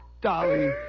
Dolly